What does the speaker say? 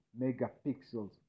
megapixels